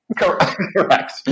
Correct